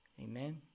Amen